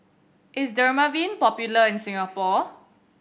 is Dermaveen popular in Singapore